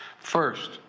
First